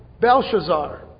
Belshazzar